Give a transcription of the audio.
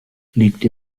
liegt